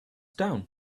down